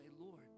Lord